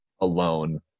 alone